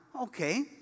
okay